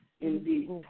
indeed